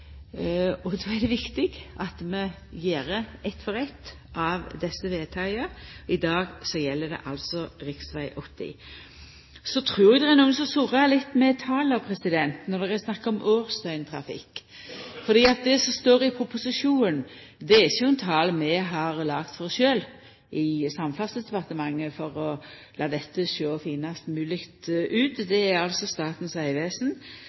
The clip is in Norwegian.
og då er det viktig at vi gjer eitt for eitt av desse vedtaka. I dag gjeld det altså rv. Så trur eg det er nokon som surrar litt med tala når det er snakk om årsdøgntrafikk. For det som står i proposisjonen, er ikkje tal vi har laga for oss sjølve i Samferdselsdepartementet for å la dette sjå finast mogleg ut. Det er Statens